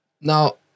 now